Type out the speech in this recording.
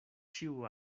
ĉiu